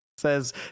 says